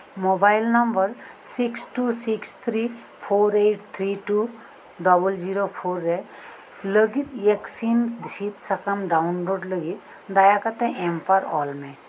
mobile number six two six three four eight three two double zero four ᱨᱮ ᱞᱟᱹᱜᱤᱫ ᱤᱭᱮᱠᱥᱤᱱ ᱥᱤᱫ ᱥᱟᱠᱟᱢ ᱰᱟᱣᱩᱱᱞᱳᱰ ᱞᱟᱹᱜᱤᱫ ᱫᱟᱭᱟ ᱠᱟᱛᱮᱫ ᱮᱢᱯᱟᱨ ᱚᱞ ᱢᱮ